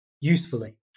usefully